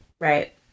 right